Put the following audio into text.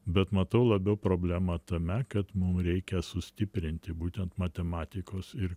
bet matau labiau problemą tame kad mum reikia sustiprinti būtent matematikos ir